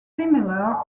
similar